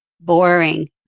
boring